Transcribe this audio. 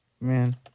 Man